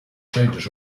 changes